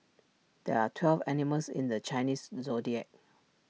there are twelve animals in the Chinese Zodiac